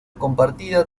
compartida